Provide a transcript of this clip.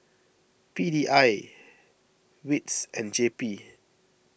P D I Wits and J P